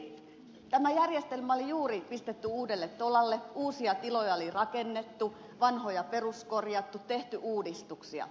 ministeri tämä järjestelmä oli juuri pistetty uudelle tolalle uusia tiloja oli rakennettu vanhoja peruskorjattu tehty uudistuksia